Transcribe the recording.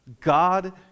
God